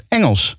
Engels